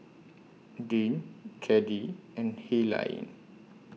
Dean Caddie and Helaine